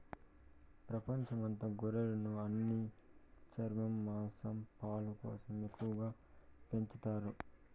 ప్రపంచం అంత గొర్రెలను ఉన్ని, చర్మం, మాంసం, పాలు కోసం ఎక్కువగా పెంచుతారు